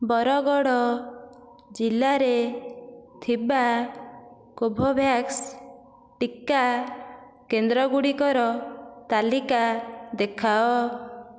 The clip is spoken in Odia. ବରଗଡ଼ ଜିଲ୍ଲାରେ ଥିବା କୋଭୋଭ୍ୟାକ୍ସ ଟିକା କେନ୍ଦ୍ରଗୁଡ଼ିକର ତାଲିକା ଦେଖାଅ